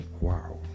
Wow